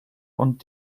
und